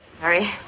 Sorry